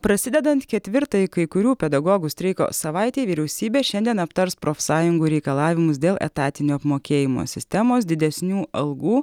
prasidedant ketvirtai kai kurių pedagogų streiko savaitei vyriausybė šiandien aptars profsąjungų reikalavimus dėl etatinio apmokėjimo sistemos didesnių algų